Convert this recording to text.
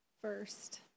first